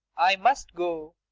i must go.